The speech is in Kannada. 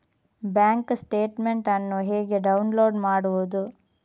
ಬ್ಯಾಂಕ್ ಸ್ಟೇಟ್ಮೆಂಟ್ ಅನ್ನು ಹೇಗೆ ಡೌನ್ಲೋಡ್ ಮಾಡುವುದು?